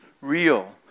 real